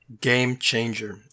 Game-changer